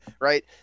right